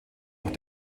auch